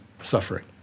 suffering